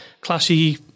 classy